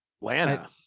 Atlanta